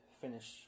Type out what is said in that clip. finish